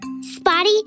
Spotty